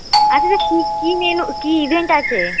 আচ্ছা স্যার কি কি মেনু কি ইভেন্ট আছে